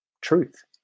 truth